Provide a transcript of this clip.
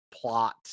plot